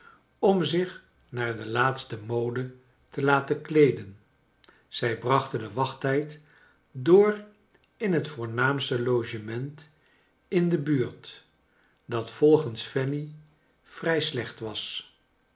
om zich naar de laatste mode te laten meeden zij brachten den wachttijd door in het voornaamste logement in de buurt dat volgens fanny vrij slecht was